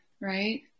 right